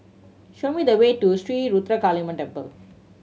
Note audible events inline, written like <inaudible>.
show me the way to <unintelligible> Ruthra Kaliamman Temple